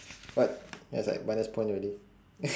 what that's like minus point already